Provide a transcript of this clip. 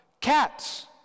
Cats